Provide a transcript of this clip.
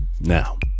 Now